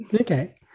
okay